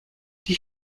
die